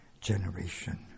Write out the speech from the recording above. generation